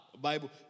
Bible